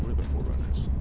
the forerunners